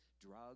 drug